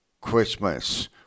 Christmas